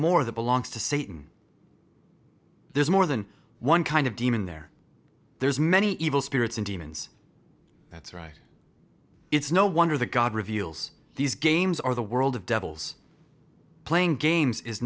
more that belongs to satan there's more than one kind of demon there there's many evil spirits and demons that's right it's no wonder the god reveals these games are the world of devils playing games is